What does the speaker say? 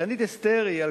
תענית אסתר היא,